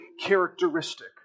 characteristic